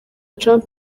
trump